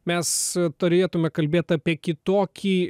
mes turėtume kalbėt apie kitokį